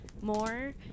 more